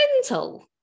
mental